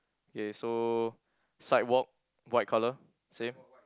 K so sidewalk white colour same